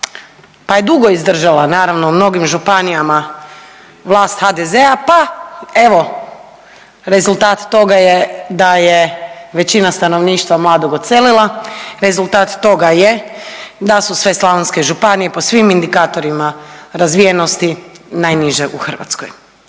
pa je dugo izdržala naravno u mnogim županijama vlast HDZ-a, pa evo rezultat toga je da je većina stanovništva mladog odselila, rezultat toga je da su sve županijske županije po svim indikatorima razvijenosti najniže u Hrvatskoj.